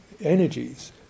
energies